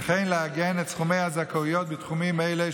וכן לעגן את סכומי הזכאויות בתחומים אלה,